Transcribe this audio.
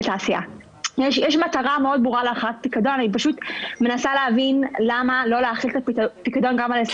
אני פשוט מנסה להבין למה לא להחיל את הפיקדון גם על 2022?